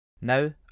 Now